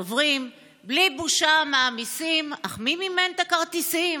דוברים / בלי בושה מעמיסים / אך מי מימן ת'כרטיסים?